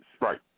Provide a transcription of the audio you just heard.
Right